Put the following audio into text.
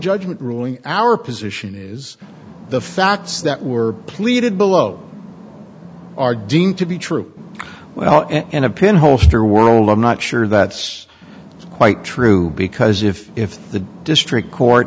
judgment ruling our position is the facts that were pleaded below are deemed to be true well and in a pin holster world i'm not sure that's quite true because if if the district court